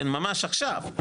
ממש עכשיו,